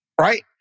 right